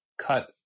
cut